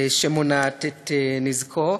שמונעת את נזקו.